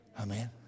Amen